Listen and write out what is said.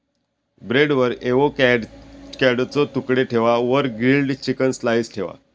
ब्रेडवर एवोकॅडोचे तुकडे ठेवा वर ग्रील्ड चिकन स्लाइस ठेवा